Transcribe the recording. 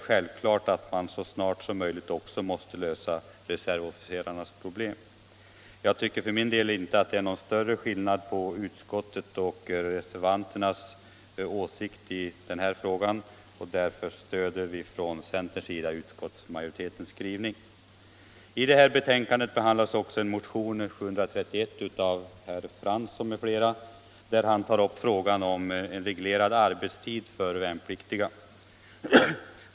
Självklart bör man så snart som möjligt också lösa reservofficerarnas problem. Jag tycker för min del inte att det är någon större skillnad mellan majoritetens och reservanternas åsikt i denna fråga. Därför stöder vi från centern utskottsmajoritetens skrivning. I detta betänkande behandlas också motionen 731 av herr Fransson m.fl., som har tagit upp frågan om reglerad arbetstid för de värnpliktiga.